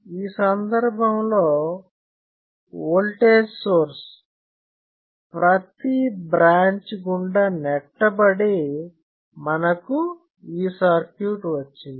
ఈ సందర్భంలో voltage source ప్రతి బ్రాంచ్ గుండా నెట్టబడి మనకు ఈ సర్క్యూట్ వచ్చింది